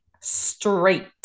straight